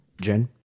Jen